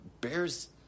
bears